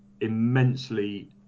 immensely